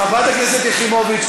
חברת הכנסת יחימוביץ,